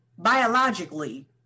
biologically